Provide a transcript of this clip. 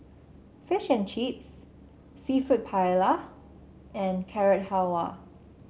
Fish and Chips seafood Paella and Carrot Halwa